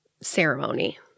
ceremony